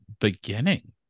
beginning